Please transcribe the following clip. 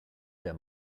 der